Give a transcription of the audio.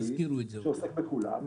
שעוסק בכולם,